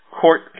court